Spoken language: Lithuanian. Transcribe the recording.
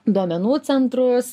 duomenų centrus